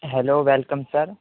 hello welcome sir